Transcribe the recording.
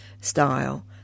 style